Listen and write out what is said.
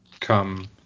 come